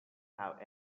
have